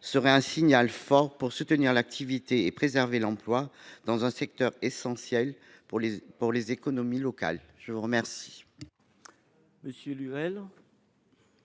constituerait un signal fort pour soutenir l’activité et préserver l’emploi dans un secteur essentiel pour les économies locales. La parole